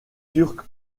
turcs